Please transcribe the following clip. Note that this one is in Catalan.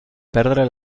perdre